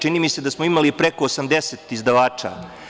Čini mi se da smo imali preko 80 izdavača.